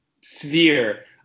sphere